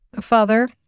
Father